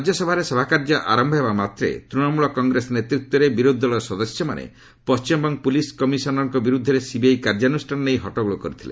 ରାଜ୍ୟସଭାରେ ସଭାକାର୍ଯ୍ୟ ଆରମ୍ଭ ହେବାମାତ୍ରେ ତୃଶମୂଳ କଂଗ୍ରେସ ନେତୃତ୍ୱରେ ବିରୋଧୀ ଦଳର ସଦସ୍ୟମାନେ ପଶ୍ଚିମବଙ୍ଗ ପୁଲିସ୍ କମିଶନର୍ ବିରୁଦ୍ଧରେ ସିବିଆଇ କାର୍ଯ୍ୟାନୁଷ୍ଠାନ ନେଇ ହଟ୍ଟଗୋଳ କରିଥିଲେ